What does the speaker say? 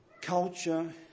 culture